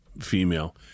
female